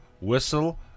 whistle